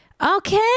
Okay